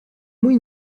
muy